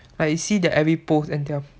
but you see their every post and their